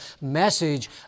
message